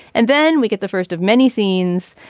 and then we get the first of many scenes.